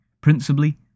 principally